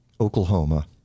Oklahoma